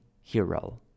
hero